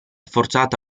forzato